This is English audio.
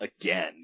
again